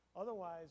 Otherwise